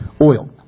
oil